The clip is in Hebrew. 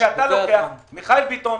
מיכאל ביטון,